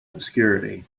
obscurity